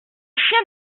chien